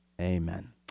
Amen